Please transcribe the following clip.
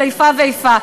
של איפה ואיפה,